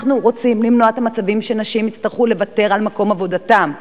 אנחנו רוצים למנוע את המצבים שנשים יצטרכו לוותר על מקום עבודתן.